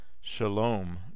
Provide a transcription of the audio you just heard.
shalom